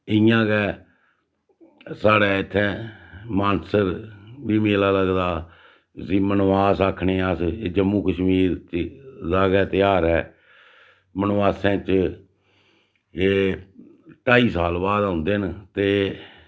इ'यां गै साढ़ै इत्थें मानसर बी मेला लगदा जियां मनबास आखने आं अस एह् जम्मू कश्मीर दा गै ध्यार ऐ मनोआसे च एह् ढाई साल बाद औंदे न ते